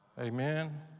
Amen